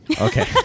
okay